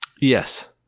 yes